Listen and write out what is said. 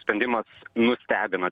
sprendimas nustebino